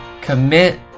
commit